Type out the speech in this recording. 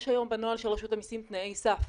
יש היום בנוהל של רשות המיסים תנאי סף.